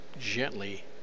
gently